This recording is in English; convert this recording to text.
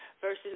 versus